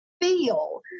feel